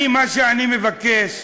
אני, מה שאני מבקש,